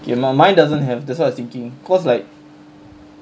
okay mi~ mine doesn't have that's why I was thinking cause like